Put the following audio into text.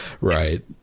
right